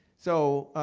so